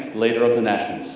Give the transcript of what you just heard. leader of the nationals.